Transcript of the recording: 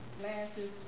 glasses